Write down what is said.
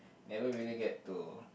never really get to